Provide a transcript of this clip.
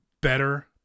better